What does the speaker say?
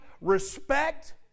respect